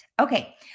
okay